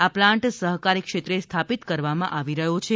આ પલાન્ટ સહકારી ક્ષેત્રે સ્થાપિત કરવામાં આવી રહ્યો છે